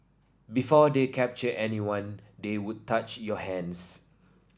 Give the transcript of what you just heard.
before they captured anyone they would touch your hands